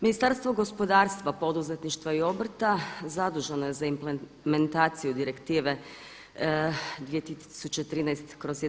Ministarstvo gospodarstva, poduzetništva i obrta zaduženo je za implementaciju direktive 2013/